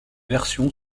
version